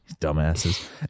Dumbasses